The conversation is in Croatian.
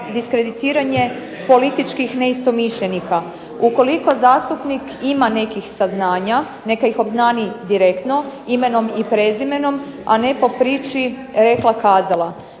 diskreditiranje političkih neistomišljenika. Ukoliko zastupnik ima nekih saznanja neka ih obznani direktno imenom i prezimenom, a ne po priči rekla, kazala.